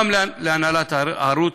גם להנהלת הערוץ: